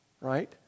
right